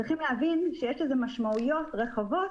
צריכים להבין שיש לזה משמעויות רחבות